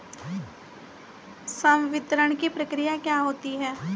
संवितरण की प्रक्रिया क्या होती है?